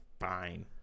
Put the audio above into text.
fine